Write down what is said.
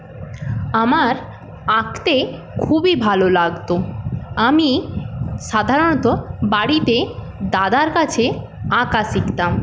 আমার আঁকতে খুবই ভালো লাগতো আমি সাধারণত বাড়িতে দাদার কাছে আঁকা শিখতাম